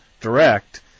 Direct